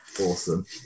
Awesome